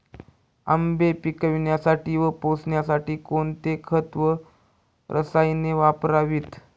आंबे पिकवण्यासाठी व पोसण्यासाठी कोणते खत व रसायने वापरावीत?